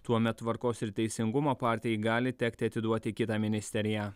tuomet tvarkos ir teisingumo partijai gali tekti atiduoti kitą ministeriją